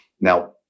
Now